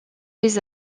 les